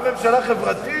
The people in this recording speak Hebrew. זו ממשלה חברתית?